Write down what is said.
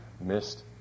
missed